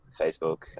Facebook